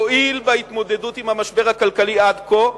הועיל בהתמודדות עם המשבר הכלכלי עד כה,